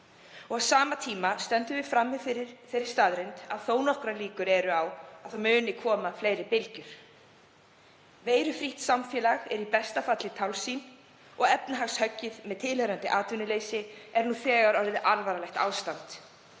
Á sama tíma stöndum við frammi fyrir þeirri staðreynd að þó nokkrar líkur eru á að það muni koma fleiri bylgjur. Veirufrítt samfélag er í besta falli tálsýn og efnahagshöggið með tilheyrandi atvinnuleysi hefur nú þegar skapað alvarlegt ástand.